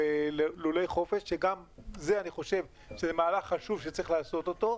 לולי חופש שגם זה אני חושב שזה מהלך חשוב שצריך לעשות אותו,